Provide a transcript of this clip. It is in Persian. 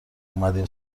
اومدیم